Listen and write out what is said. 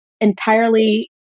entirely